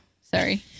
sorry